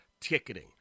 ticketing